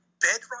bedrock